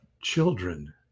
children